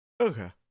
Okay